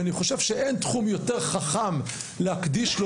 אני חושב שאין תחום יותר חכם להקדיש לו